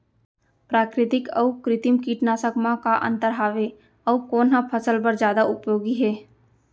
प्राकृतिक अऊ कृत्रिम कीटनाशक मा का अन्तर हावे अऊ कोन ह फसल बर जादा उपयोगी हे?